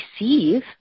receive